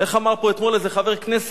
איך אמר פה אתמול איזה חבר כנסת?